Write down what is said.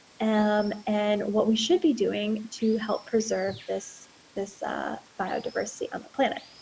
and um and what we should be doing to help preserve this this biodiversity of the planet.